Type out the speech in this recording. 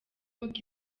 nk’uko